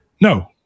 no